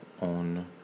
on